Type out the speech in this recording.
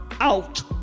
out